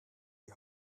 die